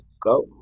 go